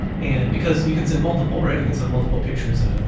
and because you can send multiple, right? you can send multiple pictures in a,